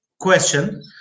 question